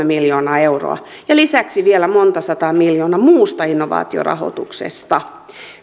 miljoonaa euroa ja lisäksi vielä monta sataa miljoonaa muusta innovaatiorahoituksesta